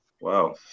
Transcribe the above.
Wow